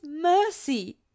mercy